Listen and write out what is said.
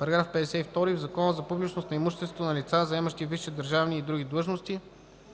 § 52. В Закона за публичност на имуществото на лица, заемащи висши държавни и други длъжности